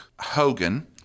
Hogan